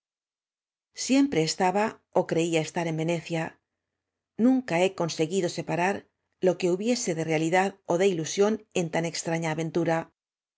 siempre estaba ó creía estaren venecia nun ca he conseguido separar lo que hubiese de rea lidad ó de ilusión en tan extraña aventura